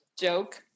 joke